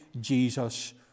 Jesus